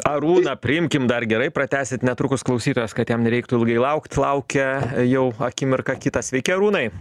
arūną priimkim dar gerai pratęsit netrukus klausytojas kad jam reiktų ilgai laukti laukia jau akimirką kitą sveiki arūnai